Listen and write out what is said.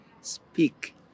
speak